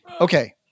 Okay